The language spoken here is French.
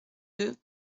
deux